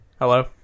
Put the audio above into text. Hello